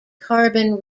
carbon